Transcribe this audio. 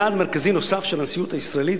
יעד מרכזי נוסף של הנשיאות הישראלית,